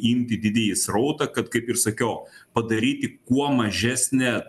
imti didįjį srautą kad kaip ir sakiau padaryti kuo mažesnę